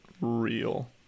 real